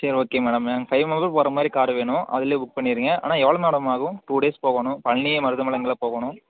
சரி okay madam எனக்கு five member போகிற மாதிரி காரு வேணும் அதிலே புக் பண்ணிடுங்க ஆனால் எவ்வளோ மேடம் ஆகும் டூ டேஸ் போகணும் பழனி மருதமலை இங்கெல்லாம் போகணும்